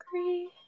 agree